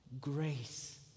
Grace